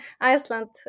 Iceland